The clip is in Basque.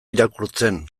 irakurtzen